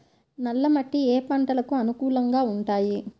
నల్ల మట్టి ఏ ఏ పంటలకు అనుకూలంగా ఉంటాయి?